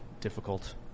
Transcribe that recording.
difficult